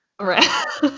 Right